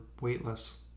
weightless